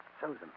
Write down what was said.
Susan